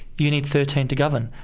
you need thirteen to govern.